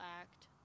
act